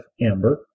Amber